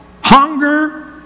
hunger